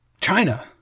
China